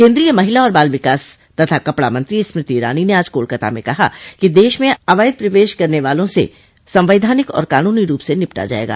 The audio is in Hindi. केंद्रीय महिला और बाल विकास तथा कपड़ा मंत्री स्मृति ईरानी ने आज कोलकाता में कहा कि देश में अवैध प्रवेश करने वालो से संवैधानिक और कानूनी रूप से निपटा जाएगा